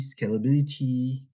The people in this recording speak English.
scalability